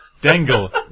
Dangle